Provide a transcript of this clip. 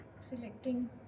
selecting